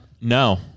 No